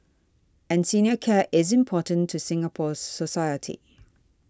and senior care isn't important to Singapore society